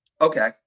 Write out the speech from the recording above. okay